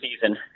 season